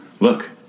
Look